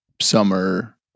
summer